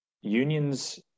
unions